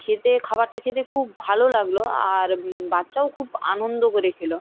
খেতে খাবারটা খেতে খুব ভালো লাগল আর বাচ্চাও খুব আনন্দ করে খেলো